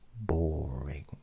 boring